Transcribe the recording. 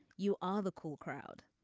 you are the cool crowd.